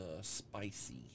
spicy